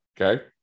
Okay